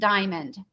Diamond